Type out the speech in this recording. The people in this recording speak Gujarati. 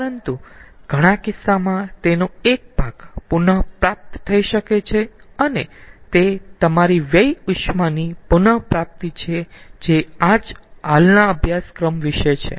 પરંતુ ઘણા કિસ્સામાં તેનો એક ભાગ પુનપ્રાપ્ત થઈ શકે છે અને તે તમારી વ્યય ઉષ્મા ની પુનપ્રાપ્તિ છે જે આ જ હાલના અભ્યાસક્રમ વિશે છે